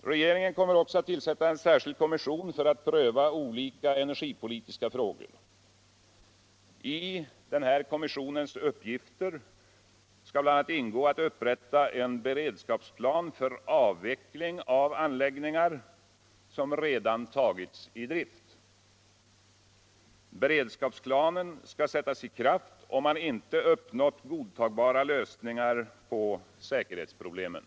Regeringen kommer också alt tillsätta on särskild kommission för att pröva olika energipolitiska frågor. I dess uppgifter skall bl.a. ingå at uppriätta en beredskapsplan för avveckling av anläggningar som redan tagits i drift. Beredskapsplanen skall sättas i kraft om man inte uppnått godtagbara lösningar på säkerhetsproblemen.